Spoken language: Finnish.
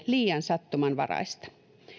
liian sattumanvaraista